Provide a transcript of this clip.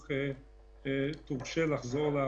הנושא המשפטי, תסלח לי מאוד, הוא תירוץ.